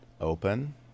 open